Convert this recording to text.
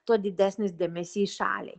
tuo didesnis dėmesys šaliai